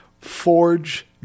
forge